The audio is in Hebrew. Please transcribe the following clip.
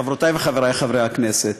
חברותי וחברי חברי הכנסת,